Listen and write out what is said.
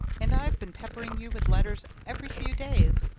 and i've been peppering you with letters every few days!